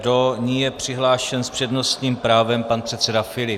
Do ní je přihlášen s přednostním právem pan předseda Filip.